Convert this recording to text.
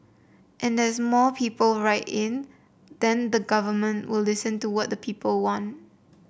and as more people write in then the government will listen to what people want